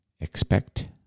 expect